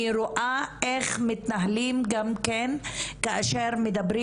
אני רואה איך מתנהלים גם כן כאשר מדברים